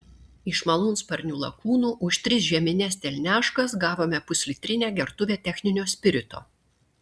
iš malūnsparnių lakūnų už tris žiemines telniaškas gavome puslitrinę gertuvę techninio spirito